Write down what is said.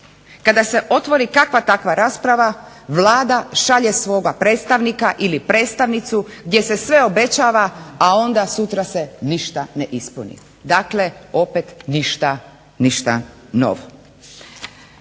Kada se otvori kakva takva rasprava, Vlada šalje svoga predstavnika ili predstavnicu gdje se sve obećava, a ona se sutra ništa ne ispuni. Dakle opet ništa novo.